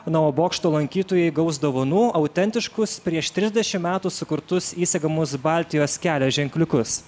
na o bokšto lankytojai gaus dovanų autentiškus prieš trisdešim metų sukurtus įsegamus baltijos kelio ženkliukus